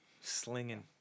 Slinging